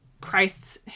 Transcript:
Christ's